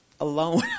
alone